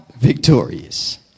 victorious